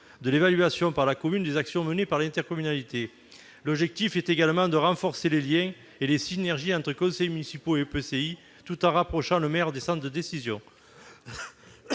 de l'évaluation par la commune des actions menées par l'intercommunalité. L'objectif est également de renforcer les liens et les synergies entre conseils municipaux et EPCI, tout en rapprochant le maire des centres de décision.